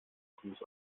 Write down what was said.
ruß